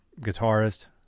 guitarist